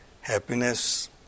happiness